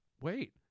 wait